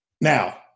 Now